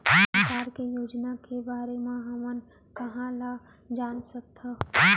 सरकार के योजना के बारे म हमन कहाँ ल जान सकथन?